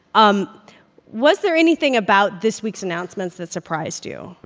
um was there anything about this week's announcements that surprised you? i